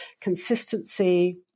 consistency